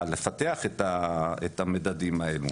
לפתח את המדדים האלה.